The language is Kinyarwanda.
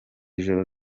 ijoro